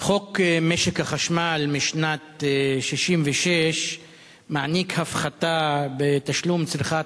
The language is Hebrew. חוק משק החשמל משנת 1966 מעניק הפחתה בתשלום צריכת